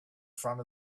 front